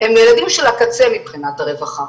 הם ילדים של הקצה מבחינת הרווחה.